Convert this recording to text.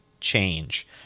change